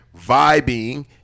vibing